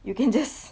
you can just